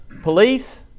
police